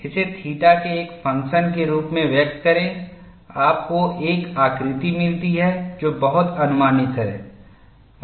इसे थीटा के एक फंक्शन के रूप में व्यक्त करें आपको एक आकृति मिलती है जो बहुत अनुमानित है